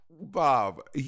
Bob